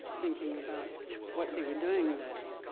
thinking about what they were doing there.